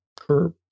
curb